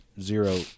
Zero